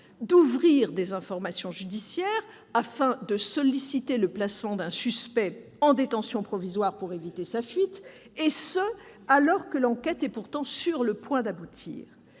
d'ouvrir des informations judiciaires, afin de solliciter le placement d'un suspect en détention provisoire pour éviter sa fuite, et ce alors que l'enquête est pourtant sur le point d'aboutir.